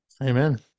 Amen